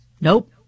nope